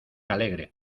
alegre